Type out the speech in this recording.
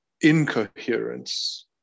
incoherence